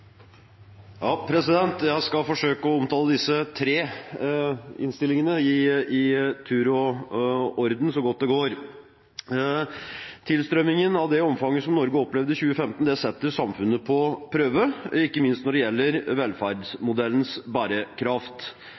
Jeg skal forsøke å omtale disse tre innstillingene i tur og orden, så godt det går. Tilstrømmingen i det omfanget som Norge opplevde i 2015, setter samfunnet på prøve, ikke minst når det gjelder velferdsmodellens bærekraft.